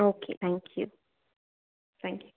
okay thank you thank you